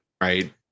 right